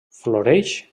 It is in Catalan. floreix